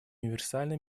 универсальной